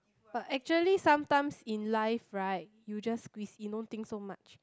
but actually sometimes in life right you just squeeze in don't think so much